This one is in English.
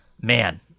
man